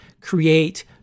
create